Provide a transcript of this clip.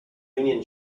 union